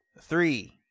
Three